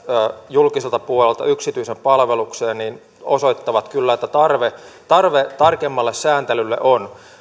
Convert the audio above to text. julkiselta puolelta yksityisen palvelukseen osoittavat kyllä että tarve tarkemmalle sääntelylle on